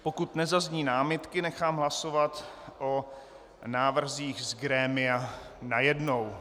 Pokud nezazní námitky, nechám hlasovat o návrzích z grémia najednou.